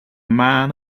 man